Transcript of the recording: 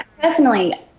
Personally